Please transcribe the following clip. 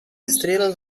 estrelas